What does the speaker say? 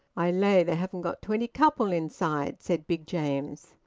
i lay they haven't got twenty couple inside, said big james.